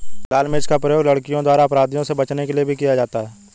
लाल मिर्च का प्रयोग लड़कियों द्वारा अपराधियों से बचने के लिए भी किया जाता है